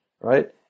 right